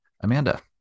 Amanda